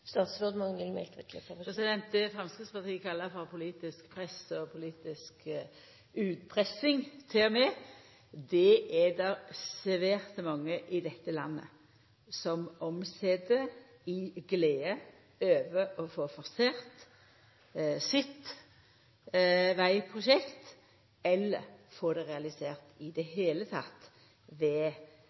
Det som Framstegspartiet kallar for politisk press, og til og med for politisk utpressing, er det svært mange i dette landet som omset til glede over å få forsert sitt vegprosjekt eller få det realisert i det heile, ved